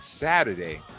Saturday